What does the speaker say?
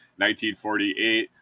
1948